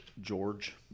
George